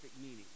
meaning